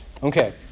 Okay